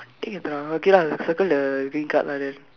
இப்படி கேட்குறான்:ippadi keetkuraan okay lah circle the green card lah then